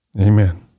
Amen